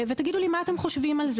ותגידו לי מה אתם חושבים על זה.